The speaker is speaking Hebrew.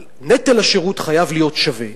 אבל נטל השירות חייב להיות שווה.